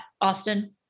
Austin